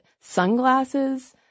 sunglasses